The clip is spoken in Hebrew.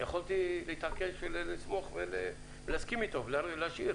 יכולתי להתעקש לסמוך ולהסכים אתו ולהשאיר,